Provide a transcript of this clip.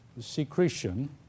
secretion